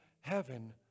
heaven